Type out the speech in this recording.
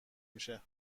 میشه